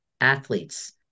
athletes